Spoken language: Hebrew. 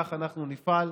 כך אנחנו נפעל,